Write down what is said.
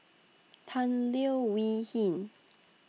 Tan Leo Wee Hin